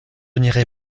n’irai